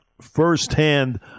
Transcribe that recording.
first-hand